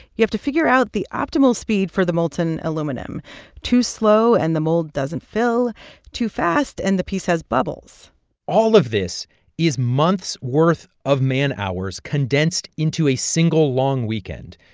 you have to figure out the optimal speed for the molten aluminum too slow and the mold doesn't fill too fast and the piece has bubbles all of this is months' worth of man hours condensed into a single long weekend.